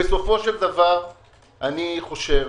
בסופו של דבר אני חושב,